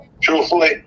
truthfully